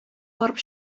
барып